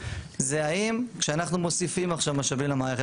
זה האם כשאנחנו מוסיפים עכשיו משאבים למערכת